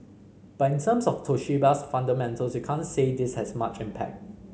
but in terms of Toshiba's fundamentals you can't say this has much impact